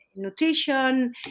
nutrition